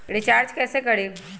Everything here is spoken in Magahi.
रिचाज कैसे करीब?